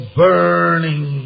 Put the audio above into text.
burning